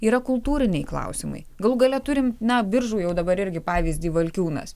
yra kultūriniai klausimai galų gale turime na biržų jau dabar irgi pavyzdį valkiūnas